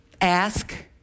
Ask